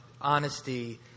honesty